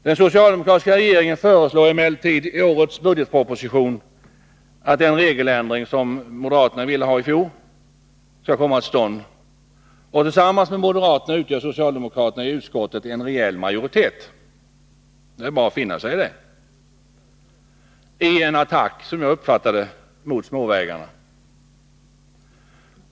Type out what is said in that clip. Den socialdemokratiska regeringen föreslår emellertid i årets budgetproposition just denna regeländring, och tillsammans med moderaterna utgör socialdemokraterna i utskottet en rejäl majoritet i denna attack mot småvägarna. Det är bara att finna sig i det.